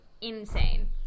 insane